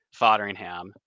Fodderingham